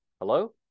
Hello